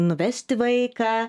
nuvesti vaiką